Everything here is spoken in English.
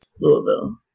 Louisville